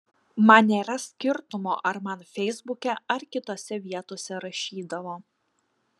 man nėra skirtumo ar man feisbuke ar kitose vietose rašydavo